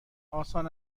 آسان